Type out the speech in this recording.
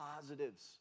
positives